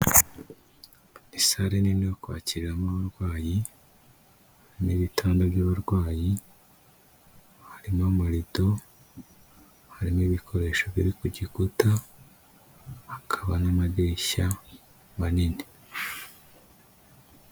Ni sare nini yo kwakiramo abarwayi n'ibitanda by'abarwayi, harimo amarido, harimo ibikoresho biri ku gikuta, hakaba n'amadirishya manini.